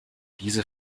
diese